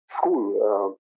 School